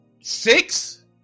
six